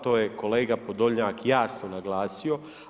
To je kolega Podolnjak jasno naglasio.